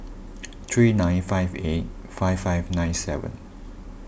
three nine five eight five five nine seven